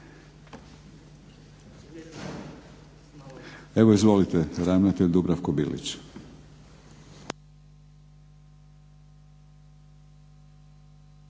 Evo izvolite. Ravnatelj Dubravko Bilić.